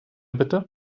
bitte